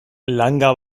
langa